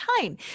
time